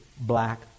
black